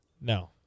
No